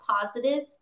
positive